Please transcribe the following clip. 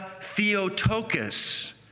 Theotokos